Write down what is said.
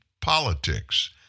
politics